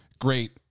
great